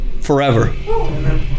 forever